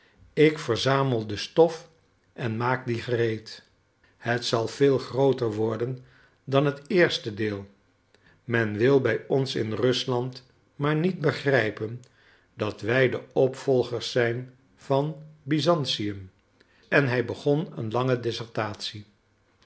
ik verzamel de stof en maak die gereed het zal veel grooter worden dan het eerste deel men wil bij ons in rusland maar niet begrijpen dat wij de opvolgers zijn van byzantium en hij begon een lange